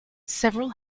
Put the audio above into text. several